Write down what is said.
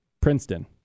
Princeton